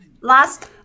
last